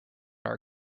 our